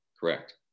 correct